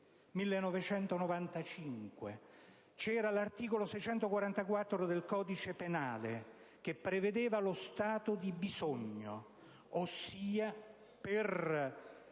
1995, l'articolo 644 del codice penale prevedeva lo stato di bisogno per